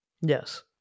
yes